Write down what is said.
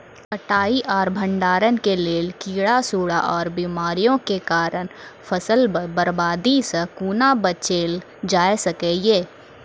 कटाई आर भंडारण के लेल कीड़ा, सूड़ा आर बीमारियों के कारण फसलक बर्बादी सॅ कूना बचेल जाय सकै ये?